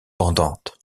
pendantes